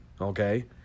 Okay